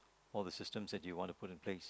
all the systems that you want to put in place